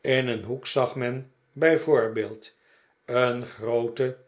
in een hoek zag men bij voorbeeld een groote